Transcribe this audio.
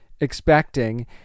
Expecting